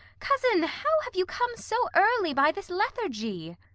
cousin, how have you come so early by this lethargy?